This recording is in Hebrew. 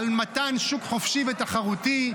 על מתן שוק חופשי ותחרותי,